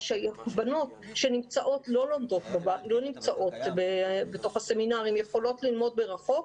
בנות שלא נמצאות בתוך הסמינר יכולות ללמוד מרחוק.